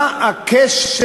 מה הקשר לפריימריז?